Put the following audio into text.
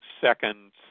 seconds